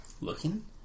looking